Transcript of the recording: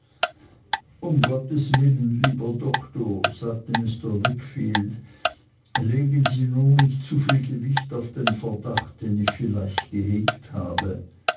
um gottes willen lieber doktor sagte mr wickfield legen sie nur nicht zuviel gewicht auf den verdacht den ich vielleicht gehegt habe